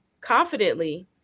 confidently